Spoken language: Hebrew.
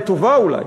לטובה אולי,